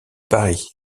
paris